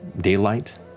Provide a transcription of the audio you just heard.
daylight